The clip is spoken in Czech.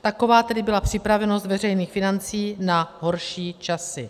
Taková tedy byla připravenost veřejných financí na horší časy.